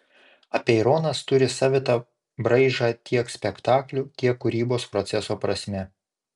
apeironas turi savitą braižą tiek spektaklių tiek kūrybos proceso prasme